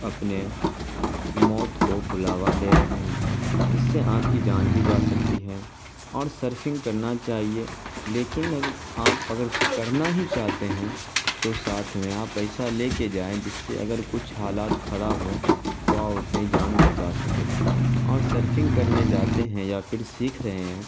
اپنے موت کو بلاوا دے رہے ہیں جس سے آپ کی جان بھی جا سکتی ہے اور سرفنگ کرنا چاہیے لیکن آپ اگر کرنا ہی چاہتے ہیں تو ساتھ میں آپ پیسہ لے کے جائیں جس سے اگر کچھ حالات خراب ہو تو آو اپنی جان بچا سکیں اور سرفنگ کرنے جاتے ہیں یا پھر سیکھ رہے ہیں